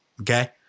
okay